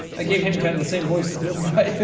ah gave him kind of the same voice as the other guy.